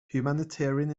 humanitarian